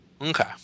Okay